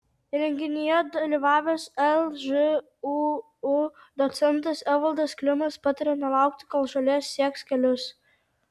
renginyje dalyvavęs lžūu docentas evaldas klimas patarė nelaukti kol žolės sieks kelius